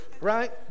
Right